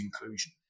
inclusion